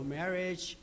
marriage